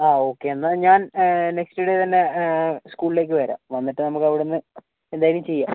ആ ഓക്കെ എന്നാൽ ഞാൻ നെക്സ്റ്റ് ഡേ തന്നെ സ്കൂളിലേക്ക് വരാം വന്നിട്ട് നമുക്കവിടെനിന്ന് എന്തായാലും ചെയ്യാം